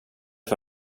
för